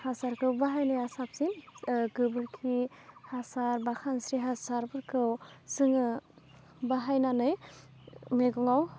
हासारखौ बाहायनाया साबसिन गोबोरखि हासार बा खानस्रि हासारफोरखौ जोङो बाहायनानै मैगङाव